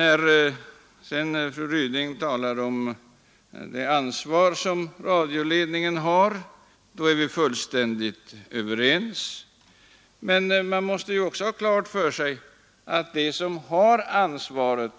Fru Ryding talade sedan om radioledningens ansvar, och på den punkten är vi fullständigt överens. Men man måste också ha klart för sig att de som har ansvaret